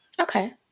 Okay